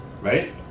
right